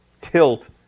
tilt